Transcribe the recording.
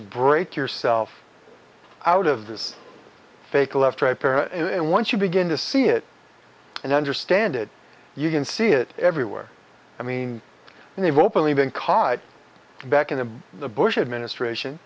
break yourself out of this fake left right paradigm and once you begin to see it and understand it you can see it everywhere i mean and they've openly been caught back in the bush administration